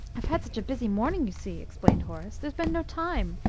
i've had such a busy morning, you see, explained horace. there's been no time.